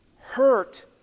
hurt